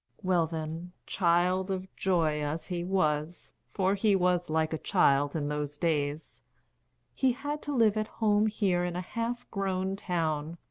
well then, child of joy as he was for he was like a child in those days he had to live at home here in a half-grown town,